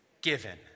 given